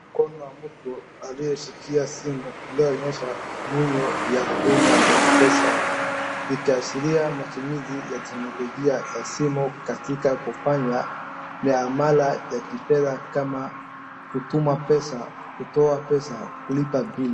Kuna mtu aliyeshikilia simu inayoonyesha menyu ya huduma za mpesa, ikiashiria matumizi ya teknolojia za simu katika kufanya biashara za kifedha kama kutuma pesa, kutoa pesa, kulipa bili.